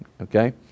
Okay